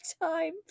time